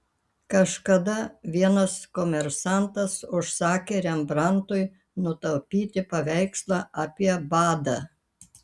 kažkada vienas komersantas užsakė rembrandtui nutapyti paveikslą apie badą